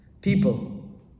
people